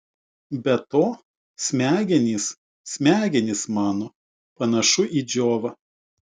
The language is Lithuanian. be to smegenys smegenys mano panašu į džiovą